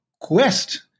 quest